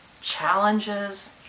challenges